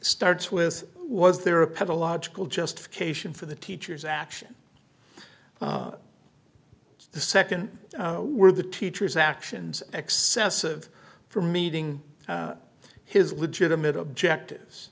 starts with was there a pedal logical justification for the teacher's action the second were the teacher's actions excessive for meeting his legitimate objectives